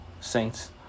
saints